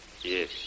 Yes